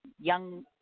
young